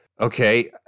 okay